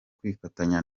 kwifatanya